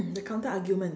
the counter argument